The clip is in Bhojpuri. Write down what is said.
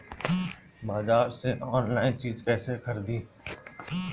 बाजार से आनलाइन चीज कैसे खरीदी?